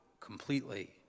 completely